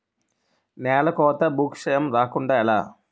నేలకోత భూక్షయం రాకుండ ఎలా?